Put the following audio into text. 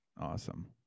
awesome